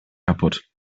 kaputt